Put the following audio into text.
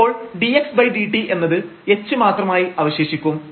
അപ്പോൾ dxdt എന്നത് h മാത്രമായി അവശേഷിക്കും